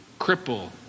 cripple